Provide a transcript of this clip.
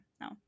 no